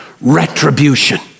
retribution